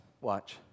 watch